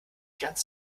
ganz